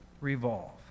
revolve